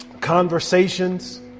conversations